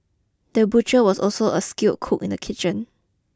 the butcher was also a skilled cook in the kitchen